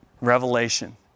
Revelation